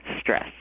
stress